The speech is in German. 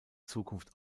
zukunft